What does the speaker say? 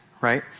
right